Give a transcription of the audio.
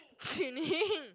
Zhi-Ning